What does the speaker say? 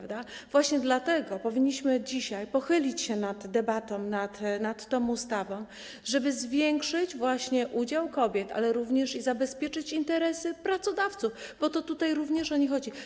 Właśnie dlatego powinniśmy dzisiaj pochylić się nad debatą nad tą ustawą, żeby zwiększyć udział kobiet, ale również zabezpieczyć interesy pracodawców, bo tu również o nich chodzi.